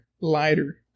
lighter